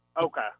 Okay